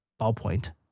ballpoint